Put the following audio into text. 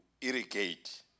irrigate